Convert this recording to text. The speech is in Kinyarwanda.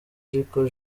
jackie